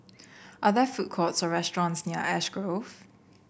are there food courts or restaurants near Ash Grove